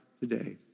today